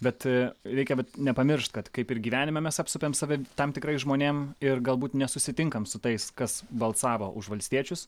bet a reikia nepamiršt kad kaip ir gyvenime mes apsupėm save tam tikrais žmonėm ir galbūt nesusitinkam su tais kas balsavo už valstiečius